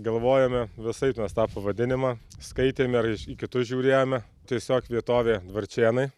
galvojome visaip mes tą pavadinimą skaitėme ir į kitus žiūrėjome tiesiog vietovė dvarčėnai